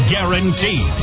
Guaranteed